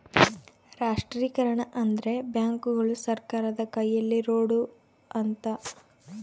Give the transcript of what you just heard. ರಾಷ್ಟ್ರೀಕರಣ ಅಂದ್ರೆ ಬ್ಯಾಂಕುಗಳು ಸರ್ಕಾರದ ಕೈಯಲ್ಲಿರೋಡು ಅಂತ